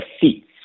seats